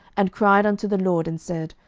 and cried unto the lord, and said,